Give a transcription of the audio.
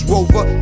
Rover